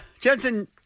Jensen